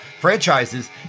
franchises